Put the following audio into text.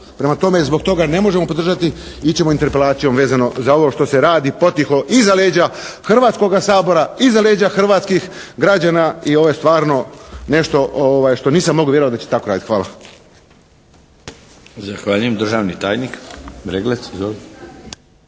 Prema tome zbog toga ne možemo podržati. Mi ćemo interpelacijom vezano za ovo što se radi potiho, iza leđa Hrvatskoga sabora, iza leđa hrvatskih građana. I ovo je stvarno nešto što nisam mogao vjerovati da će tako raditi. Hvala.